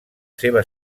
seva